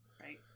right